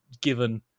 given